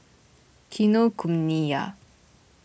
Kinokuniya